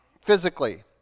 physically